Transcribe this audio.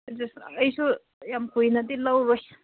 ꯑꯩꯁꯨ ꯌꯥꯝ ꯀꯨꯏꯅꯗꯤ ꯂꯧꯔꯣꯏ